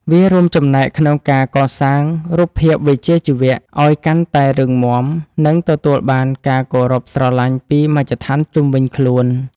វារួមចំណែកក្នុងការកសាងរូបភាពវិជ្ជាជីវៈ ឱ្យកាន់តែរឹងមាំ និងទទួលបានការគោរពស្រឡាញ់ពីមជ្ឈដ្ឋានជុំវិញខ្លួន។